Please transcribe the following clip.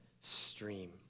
stream